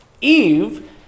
Eve